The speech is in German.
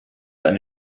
eine